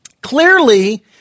Clearly